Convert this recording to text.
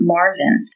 Marvin